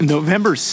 November